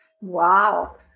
Wow